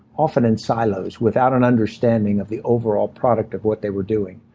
often in silos, without an understanding of the overall product of what they were doing.